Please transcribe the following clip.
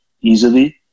easily